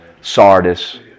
Sardis